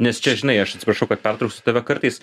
nes čia žinai aš atsiprašau kad pertrauksiu tave kartais